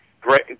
great